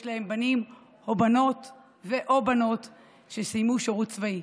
להם בנים או בנות שסיימו שירות צבאי.